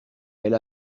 elle